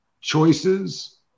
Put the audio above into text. choices